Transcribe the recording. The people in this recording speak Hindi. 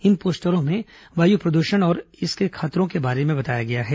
इन पोस्टरों में वायु प्रदूषण और इसके खतरों के बारे में बताया गया है